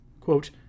quote